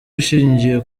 ishingiye